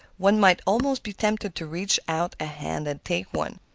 one might almost be tempted to reach out a hand and take one.